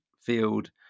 field